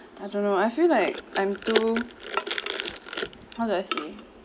I don't know I feel like I'm too how do I say